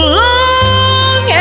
long